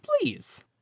Please